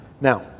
Now